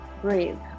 Breathe